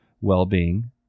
well-being